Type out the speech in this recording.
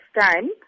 time